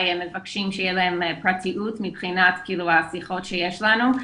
מבקשים שיהיה להם פרטיות מבחינת השיחות שיש לנו,